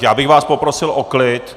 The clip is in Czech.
Já bych vás poprosil o klid.